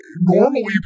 normally